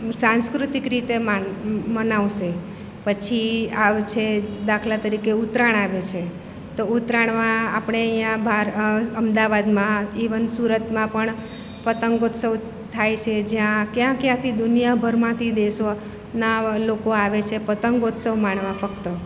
સાંસ્કૃતિક રીતે માન મનાવશે પછી આવ છે દાખલા તરીકે ઉત્તરાયણ આવે છે તો ઉત્તરાયણમાં આપણે અહીંયાં બાર અમદાવાદમાં ઇવન સુરતમાં પણ પતંગ ઉત્સવ થાય છે જ્યાં ક્યાં ક્યાંથી દુનિયાભરમાંથી દેશો ના લોકો આવે છે પતંગ ઉત્સવ માણવા ફક્ત